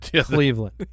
Cleveland